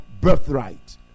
birthright